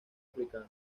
africano